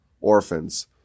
orphans